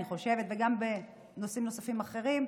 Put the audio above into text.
וגם בנושאים נוספים אחרים,